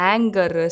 Anger